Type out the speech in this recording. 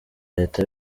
leta